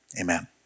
Amen